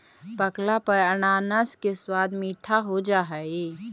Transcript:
पकला पर अनानास के स्वाद मीठा हो जा हई